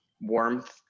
warmth